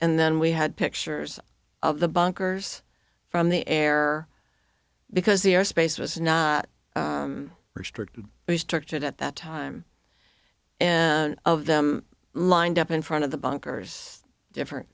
and then we had pictures of the bunkers from the air because the air space was not restricted restricted at that time of them lined up in front of the bunkers different